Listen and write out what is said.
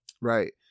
right